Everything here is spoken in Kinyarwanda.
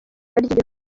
ry’igihugu